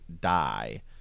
die